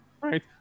Right